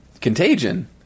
Contagion